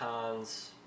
cons